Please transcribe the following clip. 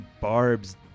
Barb's